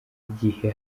igihe